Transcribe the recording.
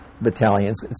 battalions